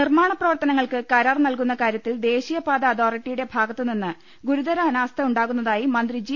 നിർമാണ പ്രവർത്തനങ്ങൾക്ക് കരാർ നൽകുന്ന കാര്യത്തിൽ ദേശീയപാത അതോറിറ്റിയുടെ ഭാഗത്തു നിന്ന് ഗുരുതര അനാസ്ഥ ഉണ്ടാകുന്നതായി മന്ത്രി ജി